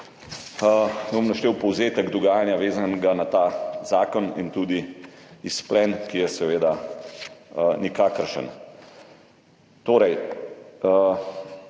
bom povzetek dogajanja, vezanega na ta zakon, in tudi izplen, ki je seveda nikakršen. Gre